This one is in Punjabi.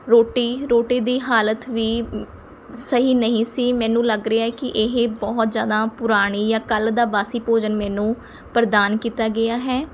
ਰੋਟੀ ਰੋਟੀ ਦੀ ਹਾਲਤ ਵੀ ਸਹੀ ਨਹੀਂ ਸੀ ਮੈਨੂੰ ਲੱਗ ਰਿਹਾ ਕਿ ਇਹ ਬਹੁਤ ਜ਼ਿਆਦਾ ਪੁਰਾਣੀ ਜਾਂ ਕੱਲ੍ਹ ਦਾ ਬਾਸੀ ਭੋਜਨ ਮੈਨੂੰ ਪ੍ਰਦਾਨ ਕੀਤਾ ਗਿਆ ਹੈ